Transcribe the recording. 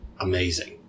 amazing